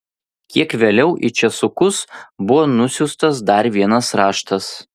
kiek vėliau į česukus buvo nusiųstas dar vienas raštas